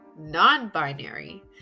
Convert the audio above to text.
non-binary